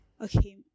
okay